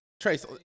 Trace